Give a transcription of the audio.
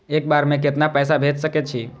एक बार में केतना पैसा भेज सके छी?